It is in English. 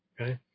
Okay